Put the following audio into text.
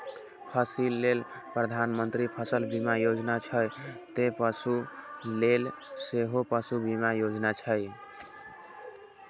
फसिल लेल प्रधानमंत्री फसल बीमा योजना छै, ते पशु लेल सेहो पशु बीमा योजना छै